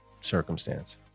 circumstance